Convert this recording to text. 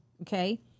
Okay